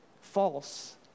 false